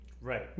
Right